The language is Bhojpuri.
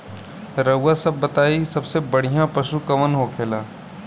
रउआ सभ बताई सबसे बढ़ियां पशु कवन होखेला?